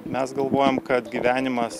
mes galvojam kad gyvenimas